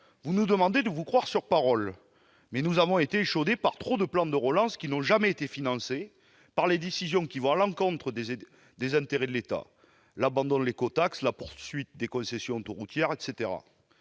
vous nous demandez de vous croire sur parole. Mais nous avons été échaudés par trop de plans de relance qui n'ont jamais été financés et par les décisions qui allaient à l'encontre des intérêts de l'État : abandon de l'écotaxe, poursuite des concessions autoroutières, etc.